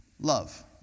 Love